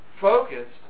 focused